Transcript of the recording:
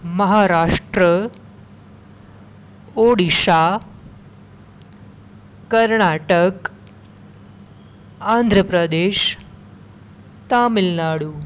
Maharashtra Odisha Karnataka Andhra Pradesh Tamil Nadu